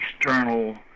external